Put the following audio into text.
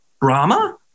Brahma